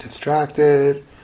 distracted